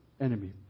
Enemy